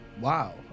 Wow